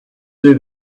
see